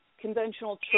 Conventional